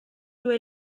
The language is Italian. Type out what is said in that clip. due